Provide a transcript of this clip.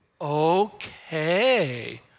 Okay